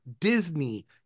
Disney